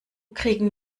kriegen